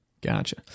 gotcha